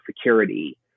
security